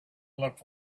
looked